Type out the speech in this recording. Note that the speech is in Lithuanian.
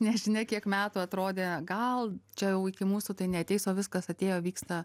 nežinia kiek metų atrodė gal čia jau iki mūsų tai neateis o viskas atėjo vyksta